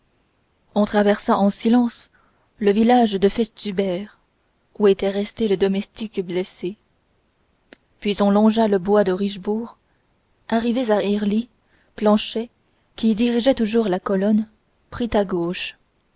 on traversa en silence le village de festubert où était resté le domestique blessé puis on longea le bois de richebourg arrivés à herlies planchet qui dirigeait toujours la colonne prit à gauche